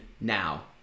now